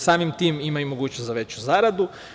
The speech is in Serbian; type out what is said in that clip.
Samim tim, ima i mogućnost za veću zaradu.